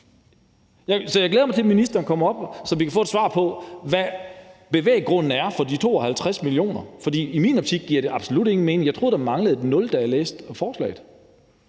om. Jeg glæder mig til, at ministeren kommer op, så vi kan få et svar på, hvad bevæggrunden er for de 52 mio. kr. For i min optik giver det absolut ingen mening. Jeg troede, at der manglede et nul, da jeg læste forslaget.